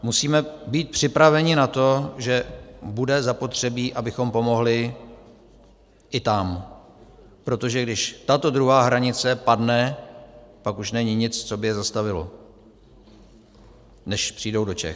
Musíme být připraveni na to, že bude zapotřebí, abychom pomohli i tam, protože když tato druhá hranice padne, pak už není nic, co by je zastavilo, než přijdou do Čech.